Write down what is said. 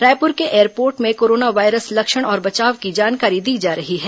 रायपुर के एयरपोर्ट में corona virus लक्षण और बचाव की जानकारी दी जा रही है